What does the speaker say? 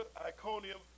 Iconium